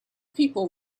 people